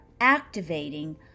activating